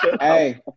Hey